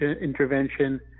intervention